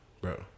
bro